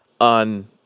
on